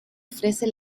ofrece